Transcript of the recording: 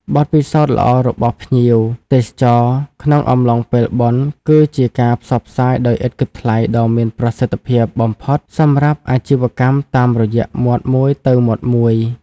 បទពិសោធន៍ល្អរបស់ភ្ញៀវទេសចរក្នុងអំឡុងពេលបុណ្យ គឺជាការផ្សព្វផ្សាយដោយឥតគិតថ្លៃដ៏មានប្រសិទ្ធភាពបំផុតសម្រាប់អាជីវកម្មតាមរយៈមាត់មួយទៅមាត់មួយ។